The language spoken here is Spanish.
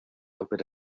ópera